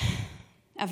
נכון,